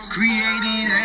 Created